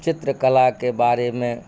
चित्रकलाके बारेमे